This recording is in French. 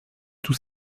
tout